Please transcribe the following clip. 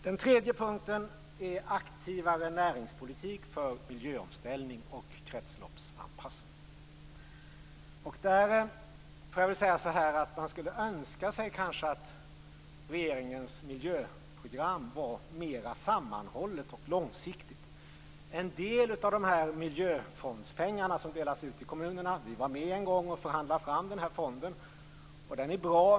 Den tredje punkten är aktivare näringspolitik för miljöomställning och kretsloppsanpassning. Där skulle man önska sig att regeringens miljöprogram var mera sammanhållet och långsiktigt. En del av miljöfondspengarna delas ut i kommunerna. Vi var med en gång om att förhandla fram fonden, och den är bra.